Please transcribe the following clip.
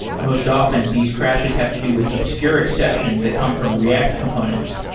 most often, these crashes have to do with obscure exceptions that come from react components,